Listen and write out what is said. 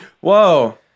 Whoa